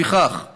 לפיכך מוצע,